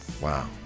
Wow